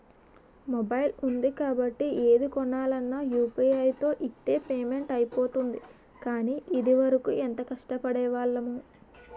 mobile ఉంది కాబట్టి ఏది కొనాలన్నా యూ.పి.ఐ తో ఇట్టే పేమెంట్ అయిపోతోంది కానీ, ఇదివరకు ఎంత కష్టపడేవాళ్లమో